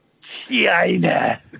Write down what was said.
China